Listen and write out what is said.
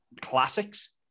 classics